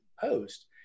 post